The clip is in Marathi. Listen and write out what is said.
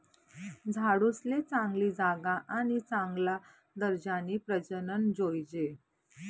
झाडूसले चांगली जागा आणि चांगला दर्जानी प्रजनन जोयजे